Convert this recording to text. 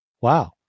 Wow